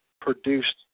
produced